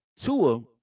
Tua